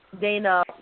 Dana